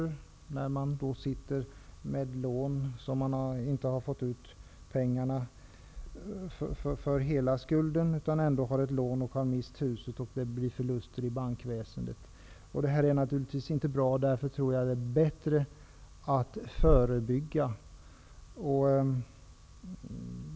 Det kan bli så att man sitter med lån utan att ha fått ut pengarna för hela skulden trots att man har mist huset, och det blir då förluster för bankväsendet. Detta är naturligtvis inte bra, och jag tror därför att det är bättre att förebygga.